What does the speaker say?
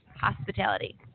hospitality